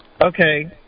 Okay